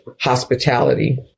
hospitality